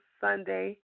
sunday